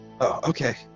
Okay